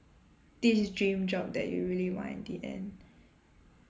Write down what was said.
this dream job that you really want in the end